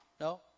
No